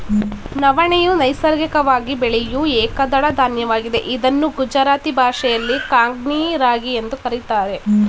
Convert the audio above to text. ನವಣೆಯು ನೈಸರ್ಗಿಕವಾಗಿ ಬೆಳೆಯೂ ಏಕದಳ ಧಾನ್ಯವಾಗಿದೆ ಇದನ್ನು ಗುಜರಾತಿ ಭಾಷೆಯಲ್ಲಿ ಕಾಂಗ್ನಿ ರಾಗಿ ಎಂದು ಕರಿತಾರೆ